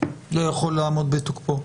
לא יכול לעמוד בתוקפו.